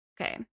Okay